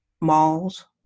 malls